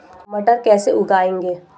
मटर कैसे उगाएं?